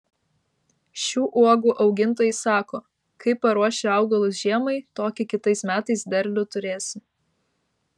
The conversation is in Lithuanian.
šių uogų augintojai sako kaip paruoši augalus žiemai tokį kitais metais derlių turėsi